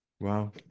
wow